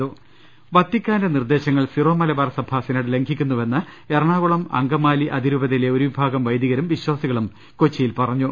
രുട്ട്ട്ട്ട്ട്ട്ട്ട വത്തിക്കാന്റെ നിർദ്ദേശങ്ങൾ സിറോ മലബാർ സഭ സിനഡ് ലംഘിക്കു ന്നുവെന്ന് എറണാകുളം അങ്കമാലി അതിരൂപതയിലെ ഒരുവിഭാഗം വൈദി കരും വിശ്വാസികളും കൊച്ചിയിൽ പറഞ്ഞു